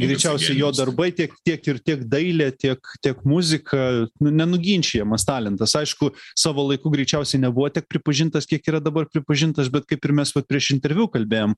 greičiausiai jo darbai tiek tiek ir tiek dailė tiek tiek muzika nu nenuginčijamas talentas aišku savo laiku greičiausiai nebuvo tiek pripažintas kiek yra dabar pripažintas bet kaip ir mes prieš interviu kalbėjom